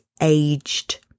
aged